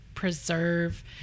preserve